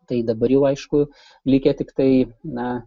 tai dabar jau aišku likę tiktai na